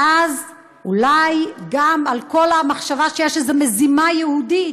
ואז אולי גם על כל המחשבה שיש איזו מזימה יהודית.